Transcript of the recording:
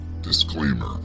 disclaimer